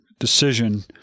decision